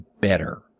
better